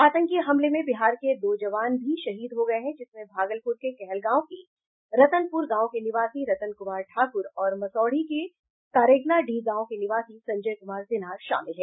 आतंकी हमले में बिहार के दो जवान भी शहीद हो गये हैं जिसमें भागलपुर के कहलगांव के रतनपुर गांव के निवासी रतन कुमार ठाकुर और मसौढ़ी के तारेगनाडीह गांव के निवासी संजय कुमार सिन्हा शामिल है